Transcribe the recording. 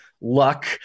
luck